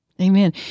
Amen